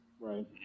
Right